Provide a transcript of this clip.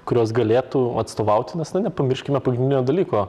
kurios galėtų atstovauti nes na nepamirškime pagrindinio dalyko